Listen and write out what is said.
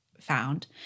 found